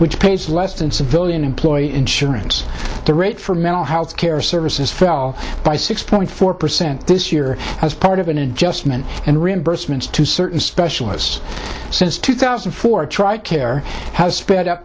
which pays less than civilian employee insurance the rate for mental health care services fell by six point four percent this year as part of an adjustment and reimbursements to certain specialists since two thousand and four tri care has sped up